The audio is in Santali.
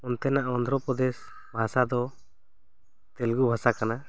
ᱚᱱᱛᱮᱱᱟᱜ ᱚᱱᱫᱷᱨᱚᱯᱚᱨᱫᱮᱥ ᱵᱷᱟᱥᱟ ᱫᱚ ᱛᱮᱞᱮᱜᱩ ᱵᱷᱟᱥᱟ ᱠᱟᱱᱟ